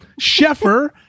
Sheffer